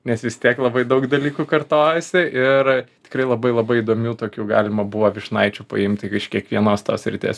nes vis tiek labai daug dalykų kartojosi ir tikrai labai labai įdomių tokių galima buvo vyšnaičių paimti iš kiekvienos tos srities